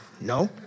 no